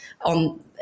on